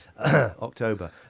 October